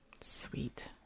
Sweet